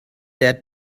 der